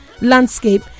landscape